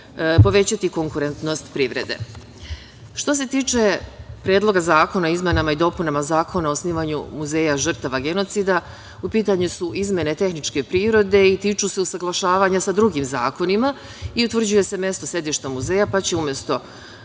povećati konkurentnost privrede. Što se tiče Predloga zakona o izmenama i dopunama Zakona o osnivanju muzeja žrtava genocida, u pitanju su izmene tehničke prirode i tiču se usaglašavanja sa drugim zakonima i utvrđuje se mesto, sedište muzeja, pa će umesto